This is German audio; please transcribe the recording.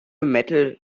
metal